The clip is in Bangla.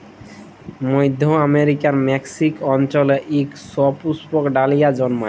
মইধ্য আমেরিকার মেক্সিক অল্চলে ইক সুপুস্পক ডালিয়া জল্মায়